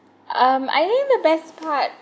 um I think the best part